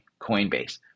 Coinbase